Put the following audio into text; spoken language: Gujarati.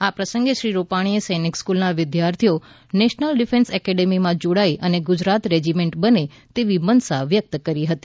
આ પ્રસંગે શ્રી રૂપાણીએ સૈનિક સ્ફૂલના વિધાર્થીઓ નેશનલ ડિફેન્સ એકેડેમીમાં જોડાય અને ગુજરાત રેજીમેન્ટ બને તેવી મનસા વ્યકત કરી હતી